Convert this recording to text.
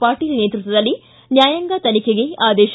ಪಾಟೀಲ್ ನೇತೃತ್ವದಲ್ಲಿ ನ್ನಾಯಾಂಗ ತನಿಖೆಗೆ ಆದೇಶ